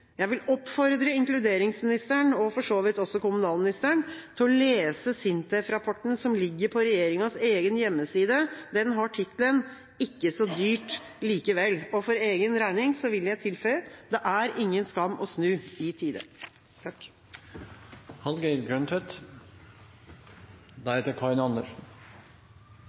Jeg vil oppfordre inkluderingsministeren, og for så vidt også kommunalministeren, til å lese SINTEF-rapporten som ligger på regjeringas egen hjemmeside. Den har tittelen: Ikke så dyrt likevel. For egen regning vil jeg tilføye: Det er ingen skam å snu i tide.